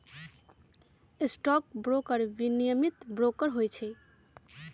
stock broker विनियमित broker होइ छइ